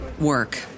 work